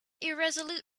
irresolute